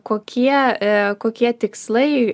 kokie a kokie tikslai